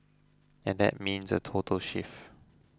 and that means a total shift